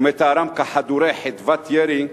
מתארם כחדורי חדוות ירי,